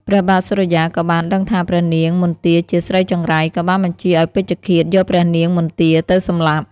ព្រះបាទសូរិយាក៏បានដឹងថាព្រះនាងមន្ទាជាស្រីចង្រៃ ក៏បានបញ្ជាឱ្យពេជ្ឈឃាតយកព្រះនាងមន្ទាទៅសម្លាប់។